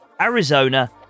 Arizona